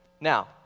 Now